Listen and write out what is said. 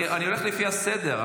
אני הולך לפי הסדר,